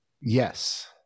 Yes